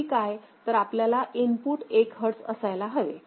शेवटी काय तर आपल्याला इनपुट 1 हर्ट्झ असायला हवे